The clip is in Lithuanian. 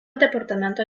departamento